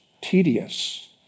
tedious